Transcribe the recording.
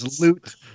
loot